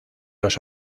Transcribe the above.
los